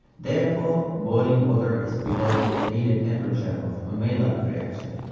therefore boiling water is below the needed temperature of a maillard reaction.